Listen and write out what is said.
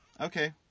okay